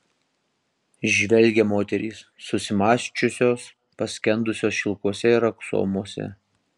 žvelgia moterys susimąsčiusios paskendusios šilkuose ir aksomuose